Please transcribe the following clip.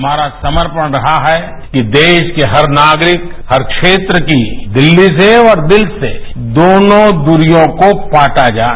हमारा समर्पण रहा है कि देश के हर नागरिक हर बेत्र की दिल्ली से और दिल से दोनों दूरियों को पाटा जाए